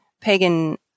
Pagan